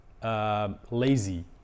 Lazy